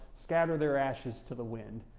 scatter their ashes to the wind.